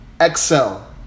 Excel